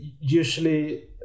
Usually